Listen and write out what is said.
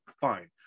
fine